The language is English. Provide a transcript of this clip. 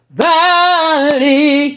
valley